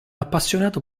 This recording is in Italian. appassionato